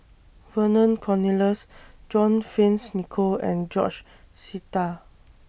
Vernon Cornelius John Fearns Nicoll and George Sita